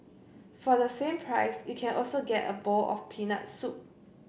for the same price you can also get a bowl of peanut soup